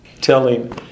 telling